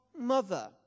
mother